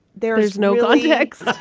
there's no context.